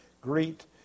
greet